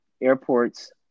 airports